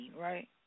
right